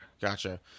Gotcha